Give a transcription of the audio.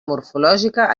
morfològica